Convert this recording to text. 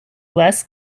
less